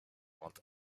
entre